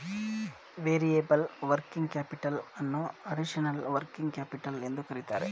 variable working capital ಅನ್ನೋ additional working capital ಎಂದು ಕರಿತರೆ